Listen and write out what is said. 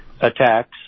attacks